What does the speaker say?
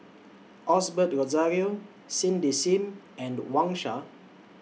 Osbert Rozario Cindy SIM and Wang Sha